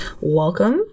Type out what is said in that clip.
Welcome